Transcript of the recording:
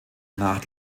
nach